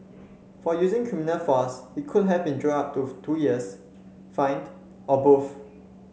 for using criminal force he could have been jailed up to two years fined or both